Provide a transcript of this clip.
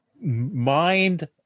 Mind